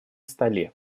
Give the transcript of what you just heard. столе